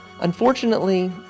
Unfortunately